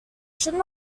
should